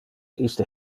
iste